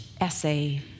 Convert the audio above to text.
essay